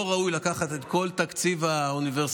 לא ראוי לקחת את כל תקציב האוניברסיטאות,